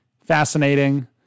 Fascinating